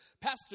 Pastor